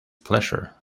pleasure